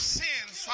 sins